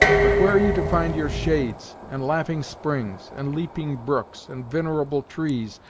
but where are you to find your shades, and laughing springs, and leaping brooks, and vinerable trees,